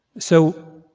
so,